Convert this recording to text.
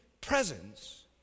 presence